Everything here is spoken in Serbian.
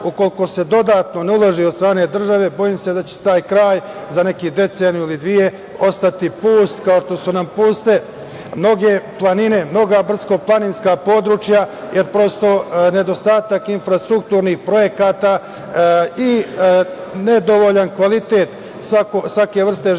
ukoliko se dodatno ne uloži od strane države, bojim se da će taj kraj za nekih deceniju ili dve ostati pust, kao što su nam puste mnoge planine, mnoga brdsko-planinska područja, jer prosto nedostatak infrastrukturnih projekata i nedovoljan kvalitet svake vrste života